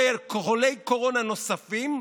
חולי קורונה נוספים,